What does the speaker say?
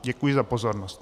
Děkuji za pozornost.